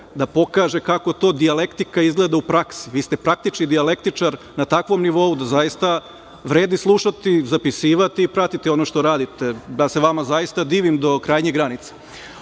da pokaže kako to dijalektika izgleda u praksi. Vi ste praktični dijalektičar na takvom nivou, da zaista vredi slušati, zapisivati i pratiti ono što radite. Ja se vama zaista divim do krajnjih granica.U